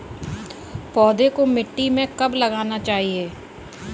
पौधे को मिट्टी में कब लगाना चाहिए?